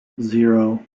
zero